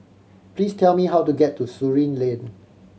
please tell me how to get to Surin Lane